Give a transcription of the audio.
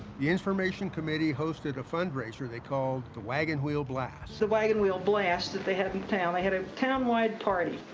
the information committee hosted a fundraiser they called the wagon wheel blast. the wagon wheel blast that they had in town, they had a town-wide party.